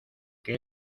que